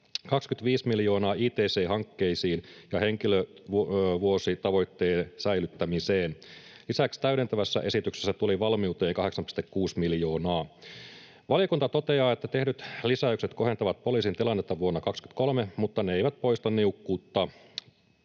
25 miljoonaa ict-hankkeisiin ja henkilövuositavoitteiden säilyttämiseen. Lisäksi täydentävässä esityksessä tuli valmiuteen 8,6 miljoonaa. Valiokunta toteaa, että tehdyt lisäykset kohentavat poliisin tilannetta vuonna 23, mutta ne eivät poista niukkuutta.